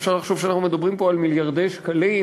אפשר לחשוב שאנחנו מדברים פה על מיליארדי שקלים,